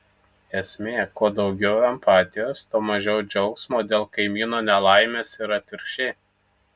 esmė kuo daugiau empatijos tuo mažiau džiaugsmo dėl kaimyno nelaimės ir atvirkščiai